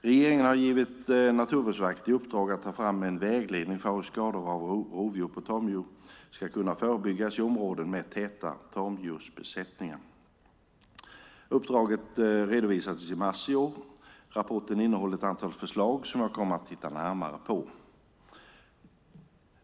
Regeringen har givit Naturvårdsverket i uppdrag att ta fram en vägledning för hur skador av rovdjur på tamdjur ska kunna förebyggas i områden med täta tamdjursbesättningar. Uppdraget redovisades i mars i år. Rapporten innehåller ett antal förslag som jag kommer att titta närmare på.